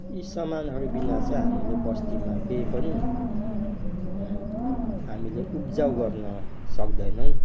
यी सामानहरू बिना चाहिँ हामीले बस्तीमा केही पनि हामीले उब्जाउ गर्न सक्दैनौँ